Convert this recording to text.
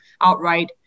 outright